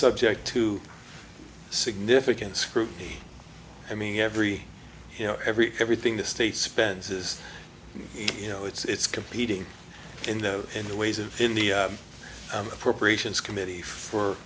subject to significant scrutiny i mean every you know every everything the state spends is you know it's competing in the in the ways of in the appropriations committee for